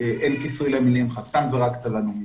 אין כיסוי למלים שלך, סתם זרקת לנו מילים.